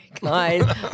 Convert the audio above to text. guys